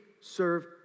serve